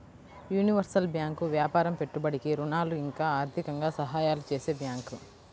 universal bank వ్యాపారం పెట్టుబడికి ఋణాలు ఇంకా ఆర్థికంగా సహాయాలు చేసే బ్యాంకు